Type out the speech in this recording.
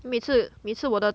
每次每次我的